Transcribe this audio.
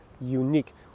unique